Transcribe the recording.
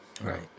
right